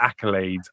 accolades